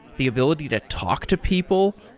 the ability to talk to people.